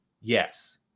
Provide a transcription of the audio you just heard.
yes